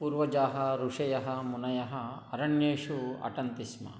पूर्वजाः ऋषयः मुनयः अरण्येषु अटन्ति स्म